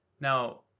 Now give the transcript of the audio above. now